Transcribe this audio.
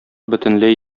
бөтенләй